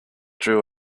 drew